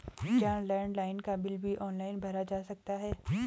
क्या लैंडलाइन का बिल भी ऑनलाइन भरा जा सकता है?